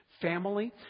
family